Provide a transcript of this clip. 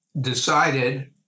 decided